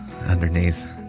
underneath